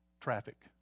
traffic